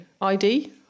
ID